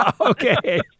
Okay